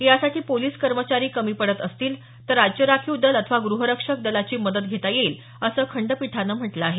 यासाठी पोलिस कर्मचारी कमी पडत असतील तर राज्य राखीव दल अथवा ग्रहरक्षक दलाची मदत घेता येईल असं खंडपीठानं म्हटलं आहे